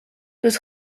los